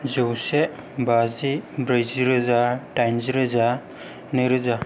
जौसे बाजि ब्रैजि रोजा दाइनजि रोजा नै रोजा